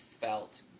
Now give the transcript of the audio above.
felt